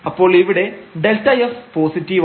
അപ്പോൾ ഇവിടെ Δf പോസിറ്റീവാണ്